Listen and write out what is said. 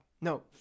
No